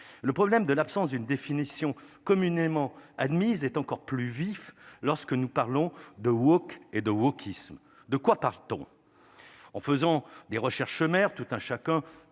le problème de l'absence d'une définition communément admise est encore plus vif lorsque nous parlons de Walk et de wokisme, de quoi parle-t-on en faisant des recherches maire tout un chacun